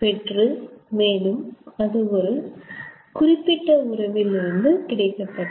பெற்று மேலும் அது ஒரு குறிப்பிட்ட உறவில் இருந்து கிடைக்கப்பட்டது